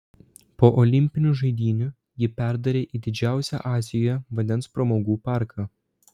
po olimpinių žaidynių jį perdarė į didžiausią azijoje vandens pramogų parką